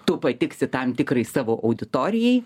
tu patiksi tam tikrai savo auditorijai